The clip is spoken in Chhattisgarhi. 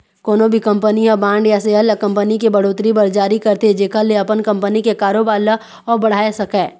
कोनो भी कंपनी ह बांड या सेयर ल कंपनी के बड़होत्तरी बर जारी करथे जेखर ले अपन कंपनी के कारोबार ल अउ बढ़ाय सकय